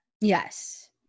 Yes